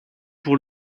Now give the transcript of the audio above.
pour